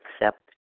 accept